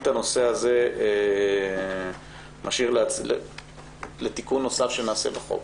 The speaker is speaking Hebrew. אני את הנושא הזה משאיר לתיקון נוסף שנעשה בחוק.